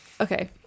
okay